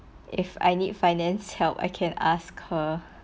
if I need finance help I can ask her